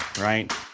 right